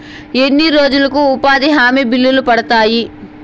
ఎన్ని రోజులకు ఉపాధి హామీ బిల్లులు పడతాయి?